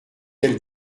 tel